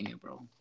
bro